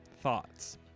thoughts